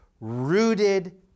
rooted